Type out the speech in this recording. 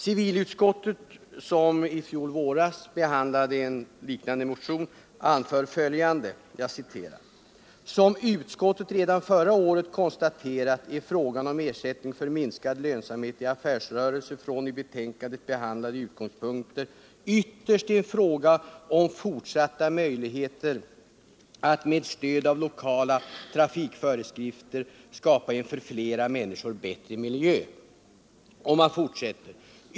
Civilutskottet, som våren 1973 behandlade en liknande motion, anför följande: ”Som utskottet redan förra året konstaterat är frågan om ersättning för minskad lönsamhet i affärsrörelse från i betänkandet behandlade utgångspunkter ytterst en fråga om fortsatta möjligheter att med stöd av lokala trafikföreskrifter skapa en för flera människor bättre miljö.